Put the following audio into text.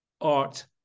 art